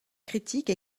critique